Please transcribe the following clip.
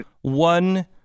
one